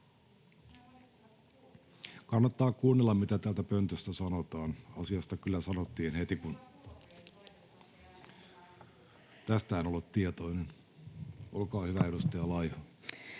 Kannattaa kuunnella, mitä täältä pöntöstä sanotaan. Asiasta kyllä sanottiin heti, kun... [Pinja Perholehdon välihuuto] — Tästä en ollut tietoinen. — Olkaa hyvä, edustaja Laiho.